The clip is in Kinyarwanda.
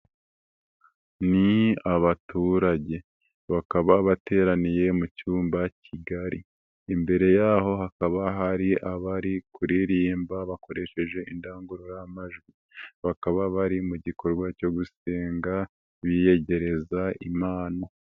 Ni abaturage, bakaba bateraniye mu cyumba kigari, imbere yaho hakaba hari abari kuririmba bakoresheje indangururamajwi, bakaba bari mu gikorwa cyo gusenga, biyegereza Imana.